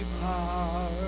power